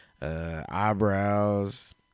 eyebrows